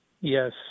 Yes